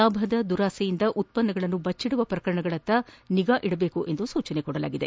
ಲಾಭದ ದುರಾಸೆಯಿಂದ ಉತ್ಪನ್ನಗಳನ್ನು ಬಚ್ಚಿಡುವ ಪ್ರಕರಣಗಳತ್ತ ನಿಗಾ ಇಡಬೇಕು ಎಂದು ಸೂಚಿಸಲಾಗಿದೆ